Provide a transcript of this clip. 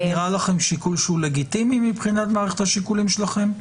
זה נראה לכם שיקול לגיטימי מבחינת מערכת השיקולים שלכם,